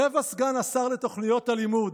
רבע סגן השר לתוכניות הלימוד,